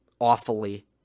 awfully